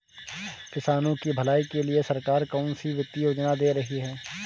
किसानों की भलाई के लिए सरकार कौनसी वित्तीय योजना दे रही है?